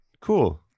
Cool